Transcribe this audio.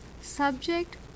subject